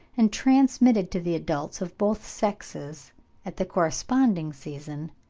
and transmitted to the adults of both sexes at the corresponding season,